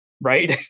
Right